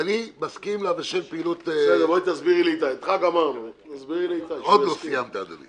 בואי תסבירי לי --- עוד לא סיימת, אדוני.